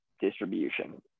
Distribution